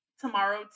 Tomorrow